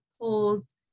polls